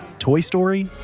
toy story.